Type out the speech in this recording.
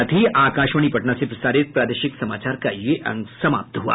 इसके साथ ही आकाशवाणी पटना से प्रसारित प्रादेशिक समाचार का ये अंक समाप्त हुआ